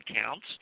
counts